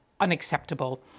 unacceptable